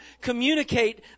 communicate